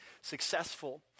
successful